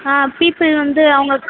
ஆ people வந்து அவுங்களுக்கு